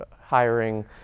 hiring